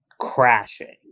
crashing